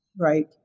Right